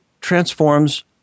transforms